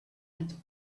and